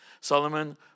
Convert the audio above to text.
Solomon